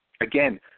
Again